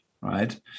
right